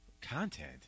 Content